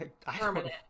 permanent